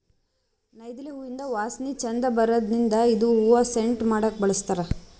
ನೈದಿಲೆ ಹೂವಿಂದ್ ವಾಸನಿ ಛಂದ್ ಬರದ್ರಿನ್ದ್ ಇದು ಹೂವಾ ಸೆಂಟ್ ಮಾಡಕ್ಕ್ ಬಳಸ್ತಾರ್